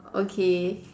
okay